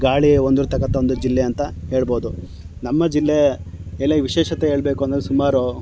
ಗಾಳಿ ಹೊಂದಿರ್ತಕ್ಕಂಥ ಒಂದು ಜಿಲ್ಲೆ ಅಂತ ಹೇಳ್ಬೋದು ನಮ್ಮ ಜಿಲ್ಲೆಯಲ್ಲಿ ವಿಶೇಷತೆ ಹೇಳ್ಬೇಕು ಅಂದರೆ ಸುಮಾರು